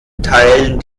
teilen